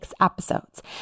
episodes